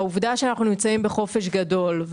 העובדה שאנחנו נמצאים בחופש הגדול,